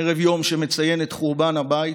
ערב יום שמציין את חורבן הבית,